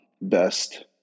best